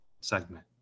segment